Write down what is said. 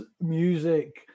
music